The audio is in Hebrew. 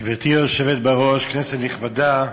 גברתי היושבת-ראש, כנסת נכבדה,